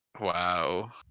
Wow